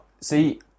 see